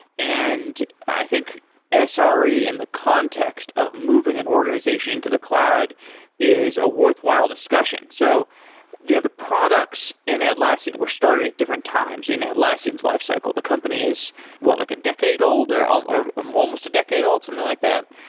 and i think sre in the context of moving an organization into the cloud is a worthwhile discussion. so the the products in atlassian were started at different times in atlassian's life cycle. the company is what? like a decade old or um or um almost a decade old, something like that.